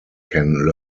can